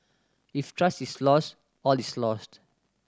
if trust is lost all is lost